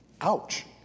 Ouch